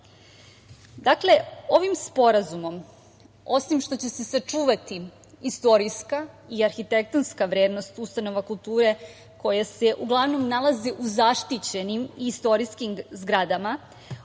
Čačka. Ovim sporazumom osim što će se sačuvati istorijska i arhitektonska vrednost ustanova kulture koja se uglavnom nalazi u zaštićenim istorijskim zgradama